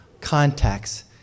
contacts